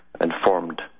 informed